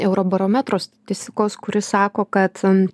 eurobarometro statistikos kuri sako kad